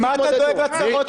אתה רוצה להגיד משהו?